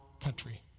country